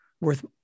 worth